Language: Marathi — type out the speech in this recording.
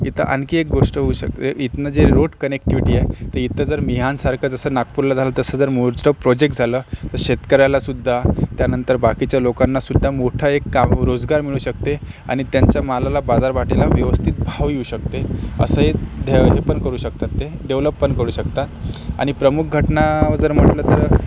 इथं आणखी एक गोष्ट होऊ शकते इथनं जे रोड कनेक्टिव्हिटी आहे तर इथं जर मिहानसारखं जसं नागपूरला झालं तसं जर मोठ्ठं प्रोजेक्ट झालं तर शेतकऱ्यालासुद्धा त्यानंतर बाकीच्या लोकांना सुद्धा मोठा एक काम रोजगार मिळू शकते आणि त्यांच्या मालाला बाजारभाटीला व्यवस्थित भाव येऊ शकते असं एक हे पण करू शकतात ते डेव्हलप पण करू शकतात आणि प्रमुख घटना जर म्हटलं तर